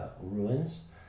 ruins